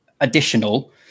additional